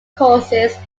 courses